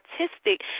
artistic